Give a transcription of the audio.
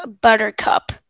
Buttercup